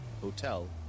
hotel